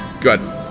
Good